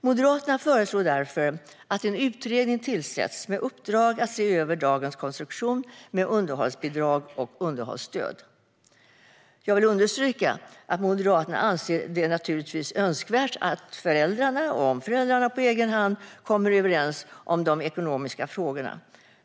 Moderaterna föreslår därför att en utredning tillsätts med uppdrag att se över dagens konstruktion med underhållsbidrag och underhållsstöd. Jag vill understryka att Moderaterna anser att det naturligtvis är önskvärt om föräldrarna på egen hand kommer överens om de ekonomiska frågorna.